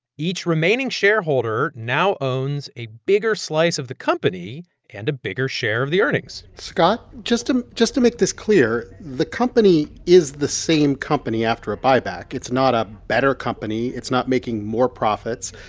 each remaining shareholder now owns a bigger slice of the company and a bigger share of the earnings scott, just to just to make this clear, the company is the same company after a buyback. it's not a better company. it's not making more profits.